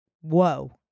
Whoa